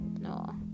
no